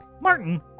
Martin